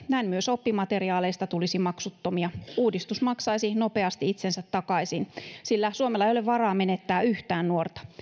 näin myös oppimateriaaleista tulisi maksuttomia uudistus maksaisi nopeasti itsensä takaisin sillä suomella ei ole varaa menettää yhtään nuorta